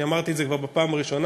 אני אמרתי את זה כבר בפעם הראשונה,